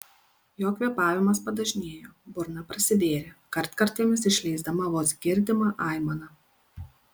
jo kvėpavimas padažnėjo burna prasivėrė kartkartėmis išleisdama vos girdimą aimaną